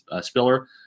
Spiller